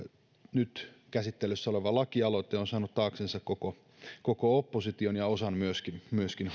nyt käsittelyssä oleva lakialoite on saanut taaksensa koko opposition laajan tuen ja osan myöskin myöskin